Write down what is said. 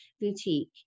boutique